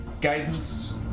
Guidance